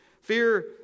fear